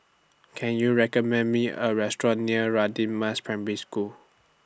Can YOU recommend Me A Restaurant near Radin Mas Primary School